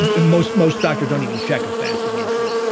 most most doctors don't even check a fasting insulin.